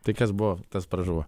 tai kas buvo tas pražuvo